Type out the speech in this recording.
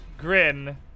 Grin